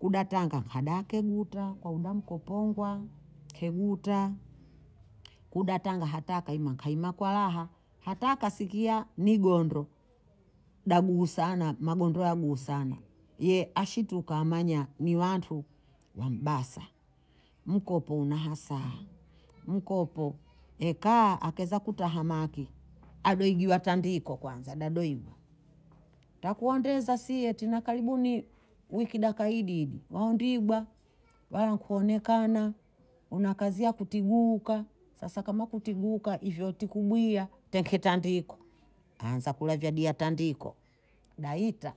uda tanga hadakeuta kauda nko Pongwa keguta udatanga hata nkaima nkaima kwa raha, hata hakasikia ni gondo daguusana, magondo ya guu sana, ye ashituka amanya ni bhantu mbha Mbasa, mkopo una hasara, mkopo ekaa akeza kutahamaki abheigiwa tandiko kwanza nadoima ntakuondeza sie ta karibuni wikidakaididi waundiigwa wala kuonekana na kazi ya kitiguka na sasa kama kutiguka hivyo tikubwia tenketandiko aanza kuladaiya tandiko naita